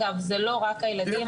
זה לא רק הילדים,